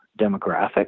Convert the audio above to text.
demographic